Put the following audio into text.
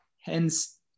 Hence